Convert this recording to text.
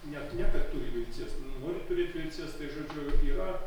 net ne kad turi vilcies nori turėt vilcies tai žodžiu yra